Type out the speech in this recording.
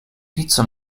pizza